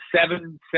seven